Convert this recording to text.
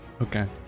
Okay